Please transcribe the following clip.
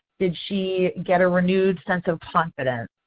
did she get a renewed sense of confidence?